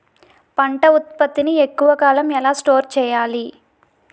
పంట ఉత్పత్తి ని ఎక్కువ కాలం ఎలా స్టోర్ చేయాలి?